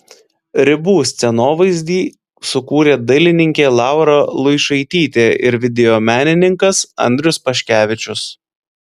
ribų scenovaizdį sukūrė dailininkė laura luišaitytė ir video menininkas andrius paškevičius